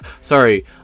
sorry